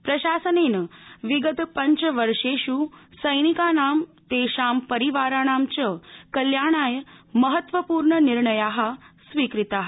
प्रशासनेन विगत पञ्चवर्षेषु सैनिकाना तेषा परिवाराणा च कल्याणाय महत्वपूर्ण निर्णयाः स्वीकृताः